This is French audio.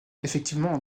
effectivement